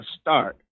start